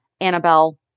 Annabelle